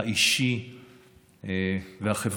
האישי והחברתי.